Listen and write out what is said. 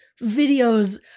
videos